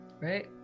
Right